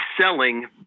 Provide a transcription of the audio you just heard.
selling